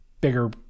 bigger